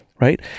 right